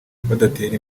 badatera